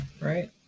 Right